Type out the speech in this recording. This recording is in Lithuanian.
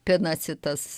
pinasi tas